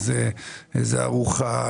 איזה ארוחה,